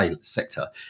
sector